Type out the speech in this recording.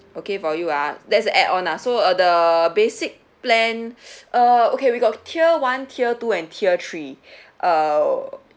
okay for you ah that's a add on ah so uh the basic plan uh okay we got tier one tier two tier three uh